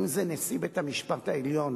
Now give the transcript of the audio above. אם נשיא בית-המשפט העליון